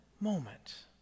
moment